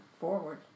forward